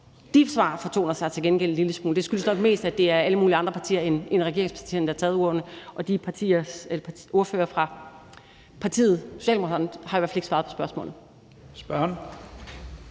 De svar fortoner sig til gengæld en lille smule. Det skyldes nok mest, at det er alle mulige andre partier end regeringspartierne, der har taget ordet, og ordføreren for Socialdemokratiet